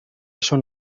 són